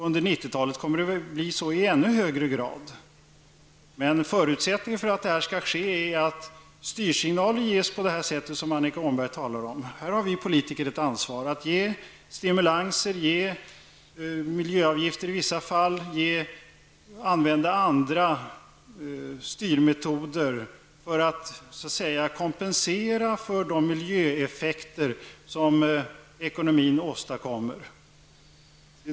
Under 90-talet kommer det att bli så i ännu högre grad. Men förutsättningen för att det skall kunna ske är att vi ger styrsignaler på det sätt som Annika Åhnberg talade om. Här har vi politiker ett ansvar att ge stimulanser, införa miljöavgifter i vissa fall och använda andra styrmetoder för att så att säga kompensera för de miljöeffekter som ekonomin åstadkommer.